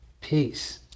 Peace